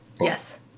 Yes